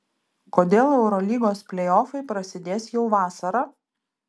kodėl eurolygos pleiofai prasidės jau vasarą